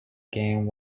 game